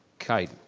kite.